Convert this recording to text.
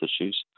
issues